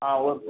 ஆ okay